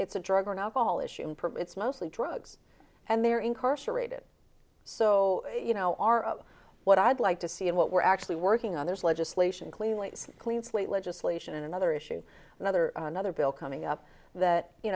it's a drug and alcohol issue it's mostly drugs and they're incarcerated so you know our what i'd like to see and what we're actually working on there's legislation cleanly clean slate legislation another issue another another bill coming up that you